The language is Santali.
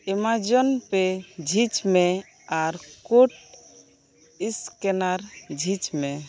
ᱮᱢᱟᱡᱚᱱ ᱯᱮ ᱡᱷᱤᱡᱽ ᱢᱮ ᱟᱨ ᱠᱳᱰ ᱤᱥᱠᱮᱱᱟᱨ ᱡᱷᱤᱡᱽ ᱢᱮ